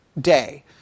day